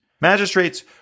Magistrates